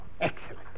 Excellent